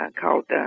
called